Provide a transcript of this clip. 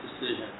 decision